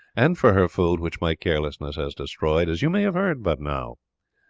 and for her food which my carelessness has destroyed, as you may have heard but now.